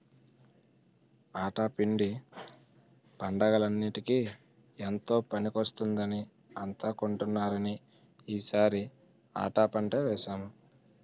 ఆటా పిండి పండగలన్నిటికీ ఎంతో పనికొస్తుందని అంతా కొంటున్నారని ఈ సారి ఆటా పంటే వేసాము